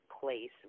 place